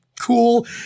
cool